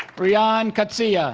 riaan coetsee yeah